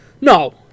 no